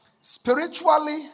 spiritually